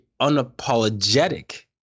unapologetic